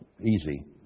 easy